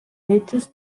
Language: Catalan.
lletjos